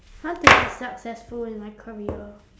how to be successful in my career